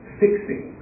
fixing